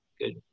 good